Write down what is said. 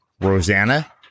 Rosanna